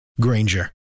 Granger